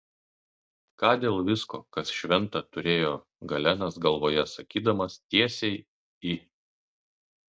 ką dėl visko kas šventa turėjo galenas galvoje sakydamas tiesiai į